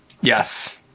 Yes